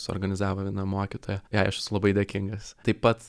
suorganizavo viena mokytoja jai aš esu labai dėkingas taip pat